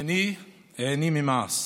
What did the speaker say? הינני העני ממעש